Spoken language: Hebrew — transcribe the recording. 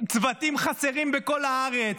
צוותים חסרים בכל הארץ,